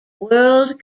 world